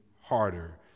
harder